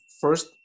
first